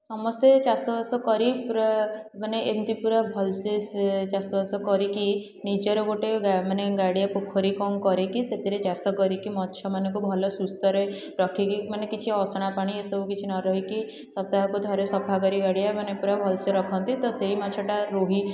ସମସ୍ତେ ଚାଷବାସ କରି ପୁରା ମାନେ ଏମିତି ପୁରା ଭଲ ସେ ଚାଷବାସ କରିକି ନିଜର ଗୋଟେ ମାନେ ଗାଡ଼ିଆ ପୋଖରୀ କ'ଣ କରିକି ସେଥିରେ ଚାଷ କରିକି ମାଛ ମାନଙ୍କୁ ଭଲ ସୁସ୍ଥରେ ରଖିକି ମାନେ କିଛି ଅସନା ପାଣି ଏସବୁ କିଛି ନ ରହିକି ସପ୍ତାହକୁ ଥରେ ସଫା କରି ଗାଡ଼ିଆ ମାନେ ପୁରା ଭଲ ସେ ରଖନ୍ତି ତ ସେଇମାନେ ମାଛଟା ରୋହୀ